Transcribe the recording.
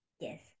Yes